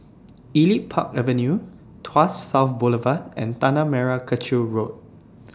Elite Park Avenue Tuas South Boulevard and Tanah Merah Kechil Road